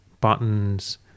buttons